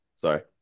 Sorry